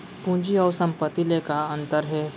पूंजी अऊ संपत्ति ले का अंतर हे?